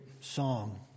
song